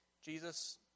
Jesus